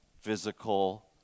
physical